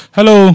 Hello